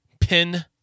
pin